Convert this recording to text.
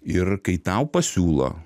ir kai tau pasiūlo